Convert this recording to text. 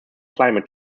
climate